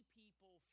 people